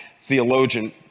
theologian